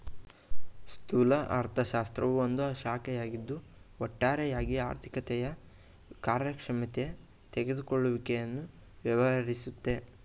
ಸ್ಥೂಲ ಅರ್ಥಶಾಸ್ತ್ರವು ಒಂದು ಶಾಖೆಯಾಗಿದ್ದು ಒಟ್ಟಾರೆಯಾಗಿ ಆರ್ಥಿಕತೆಯ ಕಾರ್ಯಕ್ಷಮತೆ ತೆಗೆದುಕೊಳ್ಳುವಿಕೆಯನ್ನು ವ್ಯವಹರಿಸುತ್ತೆ